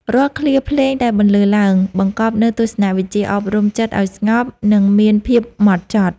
រាល់ឃ្លាភ្លេងដែលបន្លឺឡើង បង្កប់នូវទស្សនវិជ្ជាអប់រំចិត្តឱ្យស្ងប់ និងមានភាពហ្មត់ចត់។